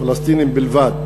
לפלסטינים בלבד,